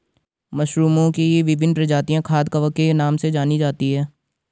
मशरूमओं की विभिन्न प्रजातियां खाद्य कवक के नाम से जानी जाती हैं